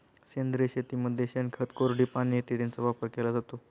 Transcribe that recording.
सेंद्रिय शेतीमध्ये शेणखत, कोरडी पाने इत्यादींचा वापर केला जातो